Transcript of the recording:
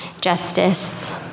justice